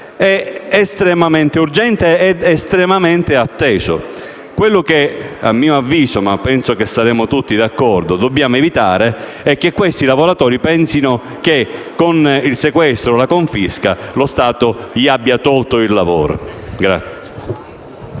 estremamente urgente ed estremamente atteso. Quello che a mio avviso - ma penso che saremo tutti d'accordo - dobbiamo evitare è che questi lavoratori pensino che con il sequestro o la confisca lo Stato gli abbia tolto il lavoro.